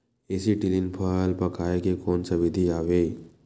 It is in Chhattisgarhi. एसीटिलीन फल पकाय के कोन सा विधि आवे?